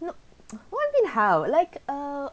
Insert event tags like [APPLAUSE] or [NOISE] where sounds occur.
no [NOISE] what you mean how like err